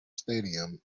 stadium